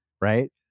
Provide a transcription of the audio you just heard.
Right